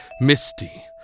Misty